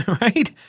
right